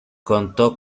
contó